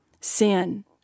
Sin